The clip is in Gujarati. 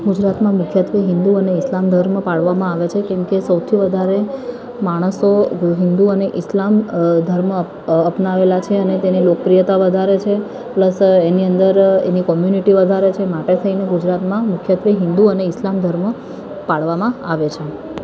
ગુજરાતમાં મુખ્યત્ત્વે હિંદુ અને ઇસ્લામ ધર્મ પાળવામાં આવે છે કેમ કે સૌથી વધારે માણસો હિંદુ અને ઇસ્લામ અ ધર્મ અપનાવેલાં છે અને તેની લોકપ્રિયતા વધારે છે પ્લસ એની અંદર એની કોમ્યુનિટી વધારે છે માટે થઈને ગુજરાતમાં મુખ્યત્ત્વે હિંદુ અને ઈસ્લામ ધર્મ પાળવામાં આવે છે